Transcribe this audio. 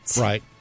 Right